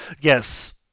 Yes